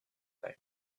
time